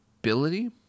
ability